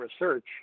research